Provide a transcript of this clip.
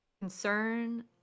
concern